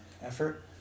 effort